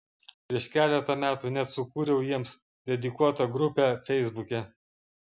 prieš keletą metų net sukūriau jiems dedikuotą grupę feisbuke